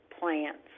plants